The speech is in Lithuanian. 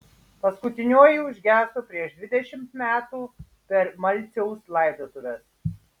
paskutinioji užgeso prieš dvidešimt metų per malciaus laidotuves